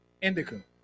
Indica